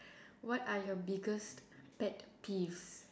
what are your biggest pet peeves